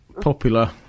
popular